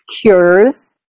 cures